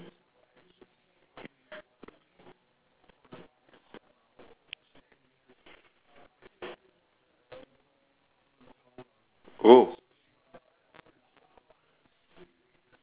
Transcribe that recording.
oh